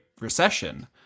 Recession